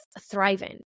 thriving